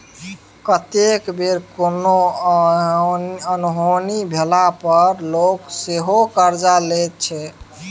कतेक बेर कोनो अनहोनी भेला पर लोक सेहो करजा लैत छै